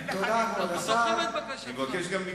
אני מבקש גם מכם.